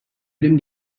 ölüm